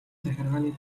захиргааны